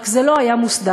רק זה לא היה מוסדר,